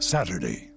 Saturday